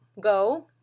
Go